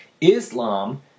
Islam